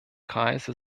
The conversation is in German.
kreise